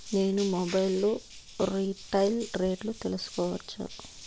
నేను మొబైల్ లో రీటైల్ రేట్లు తెలుసుకోవచ్చా?